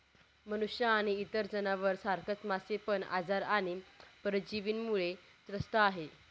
मनुष्य आणि इतर जनावर सारखच मासे पण आजार आणि परजीवींमुळे त्रस्त आहे